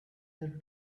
her